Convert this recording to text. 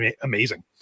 amazing